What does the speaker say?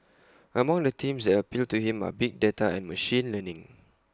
among the teams that appeal to him are big data and machine learning